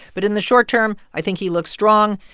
but in the short term, i think he looks strong.